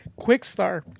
Quickstar